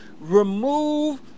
remove